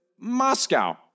Moscow